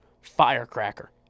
firecracker